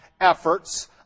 efforts